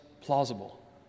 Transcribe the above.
plausible